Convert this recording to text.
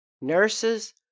nurses